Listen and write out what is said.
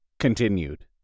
continued